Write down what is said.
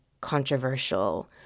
controversial